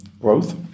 growth